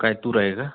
काय तूर आहे का